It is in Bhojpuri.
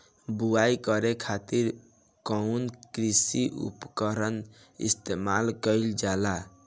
बुआई करे खातिर कउन कृषी उपकरण इस्तेमाल कईल जाला?